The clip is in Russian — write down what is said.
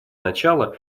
начала